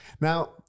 now